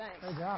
Thanks